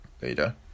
later